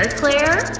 ah claire?